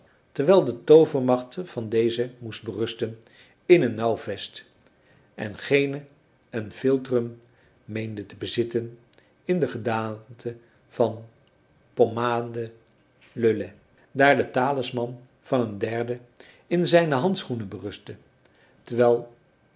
terwijl de toovermacht van dezen moest berusten in een nauw vest en gene een philtrum meende te bezitten in de gedaante van pommade à l'oeillet daar de talisman van een derde in zijne handschoenen berustte terwijl